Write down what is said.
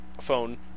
phone